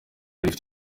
rifite